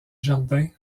jardins